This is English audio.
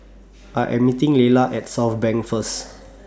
I Am meeting Leila At Southbank First